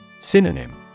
Synonym